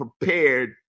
prepared